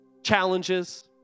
challenges